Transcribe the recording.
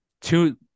two